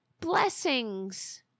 blessings